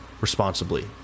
responsibly